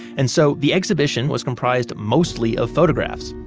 and so the exhibition was comprised mostly of photographs.